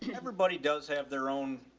everybody does have their own,